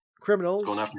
criminals